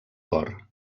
cor